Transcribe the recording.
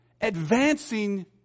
advancing